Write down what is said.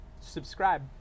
Subscribe